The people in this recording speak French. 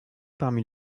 parmi